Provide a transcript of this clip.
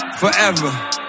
Forever